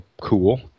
cool